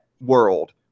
world